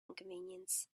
inconvenience